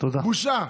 בושה.